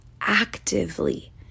actively